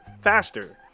faster